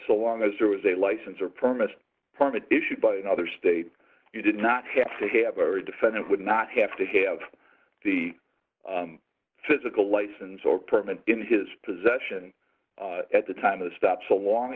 so long as there was a license or permit permit issued by another state you did not have to have a defendant would not have to have the physical license or permit in his possession at the time of the stop so long